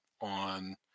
on